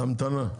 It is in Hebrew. ההמתנה.